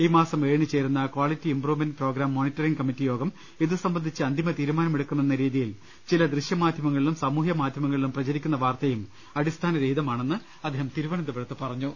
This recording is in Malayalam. ഈ മാസം ഏഴിന് ചേരുന്ന quality improvement programme monitoring committee യോഗം ഇതുസംബന്ധിച്ച് അന്തിമ തീരുമാനം എടുക്കുമെന്ന രീതി യിൽ ചില ദൃശ്യമാധ്യമങ്ങളിലും സാമൂഹ്യ മാധ്യമങ്ങളിലും പ്രചരിക്കുന്ന വാർത്തയും അടിസ്ഥാന രഹിതമാണെന്ന് അദ്ദേഹം തിരുവനന്തപുരത്ത് പറഞ്ഞു